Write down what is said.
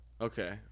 Okay